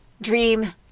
dream